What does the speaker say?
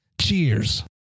Cheers